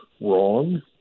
wrong